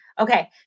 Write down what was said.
okay